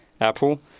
Apple